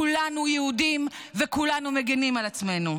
כולנו יהודים וכולנו מגינים על עצמנו.